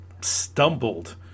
stumbled